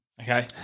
Okay